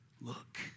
Look